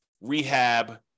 rehab